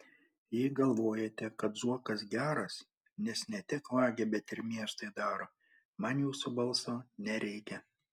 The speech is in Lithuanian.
jei galvojate kad zuokas geras nes ne tik vagia bet ir miestui daro man jūsų balso nereikia